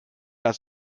das